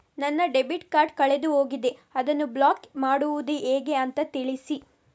ನನ್ನ debit card ಕಳೆದು ಹೋಗಿದೆ, ಅದನ್ನು ಬ್ಲಾಕ್ ಮಾಡುವುದು ಹೇಗೆ ಅಂತ ತಿಳಿಸಿ?